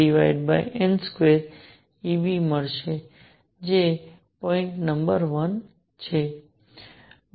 6 Z2n2 eV મળશે છે જે પોઇન્ટ નંબર વન છે